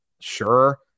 Sure